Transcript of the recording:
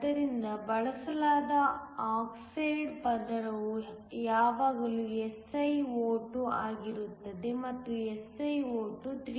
ಆದ್ದರಿಂದ ಬಳಸಲಾಗುವ ಆಕ್ಸೈಡ್ ಪದರವು ಯಾವಾಗಲೂ SiO2 ಆಗಿರುತ್ತದೆ ಮತ್ತು SiO2 3